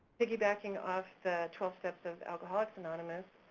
piggybacking off the twelve steps of alcoholics anonymous,